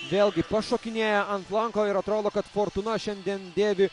vėlgi pašokinėja ant lanko ir atrodo kad fortūna šiandien dėvi